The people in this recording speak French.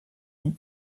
nom